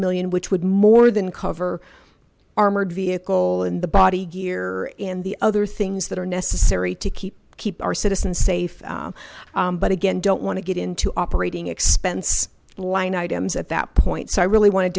million which would more than cover armored vehicle in the body gear in the other things that are necessary to keep keep our citizens safe but again don't want to get into operating expense line items at that point so i really wanted